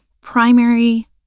primary